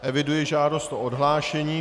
Eviduji žádost o odhlášení.